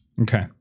Okay